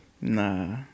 nah